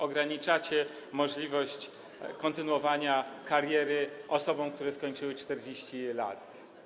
Ograniczacie możliwość kontynuowania kariery osobom, które skończyły 40 lat.